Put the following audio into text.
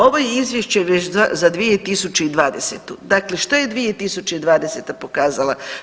Ovo je izvješće već za 2020., dakle što je 2020. pokazala?